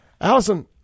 Allison